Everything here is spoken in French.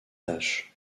tâche